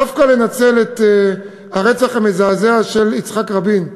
דווקא לנצל את הרצח המזעזע של יצחק רבין,